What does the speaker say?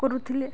କରୁଥିଲେ